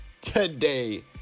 today